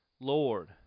Lord